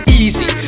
easy